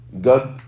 God